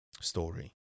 story